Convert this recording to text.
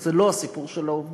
זה לא הסיפור של העובדים,